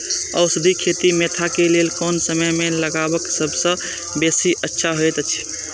औषधि खेती मेंथा के लेल कोन समय में लगवाक सबसँ बेसी अच्छा होयत अछि?